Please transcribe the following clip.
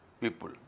people